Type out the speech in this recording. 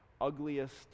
ugliest